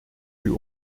eut